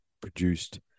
produced